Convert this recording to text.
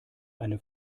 eine